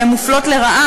והן מופלות לרעה,